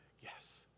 Yes